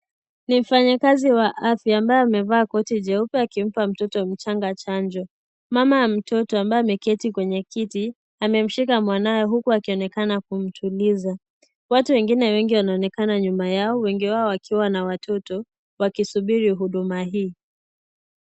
Ni mfanyakazi wa afya ambaye amevaa jeupe akimpa mtoto mchanga chanjo .Mama ambaye ameketi kwenye kiti ameshika mwanawe huku akionekana kumuingiza. Watu wengine wengi wanaonekana nyuma yao wengi wao wakiwa na watoto wakisubiri huduma hii.